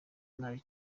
nabi